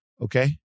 okay